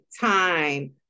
Time